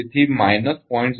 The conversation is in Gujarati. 01 ડી એ 0